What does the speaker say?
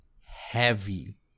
heavy